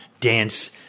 dance